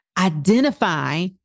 Identify